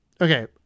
Okay